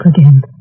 again